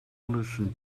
listen